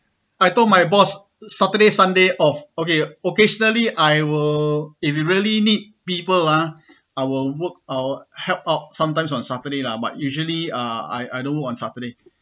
I told my boss saturday sunday off okay occasionally I will if you really need people ah I will work I will help outs sometimes on saturday lah but usually ah I I don't work on saturday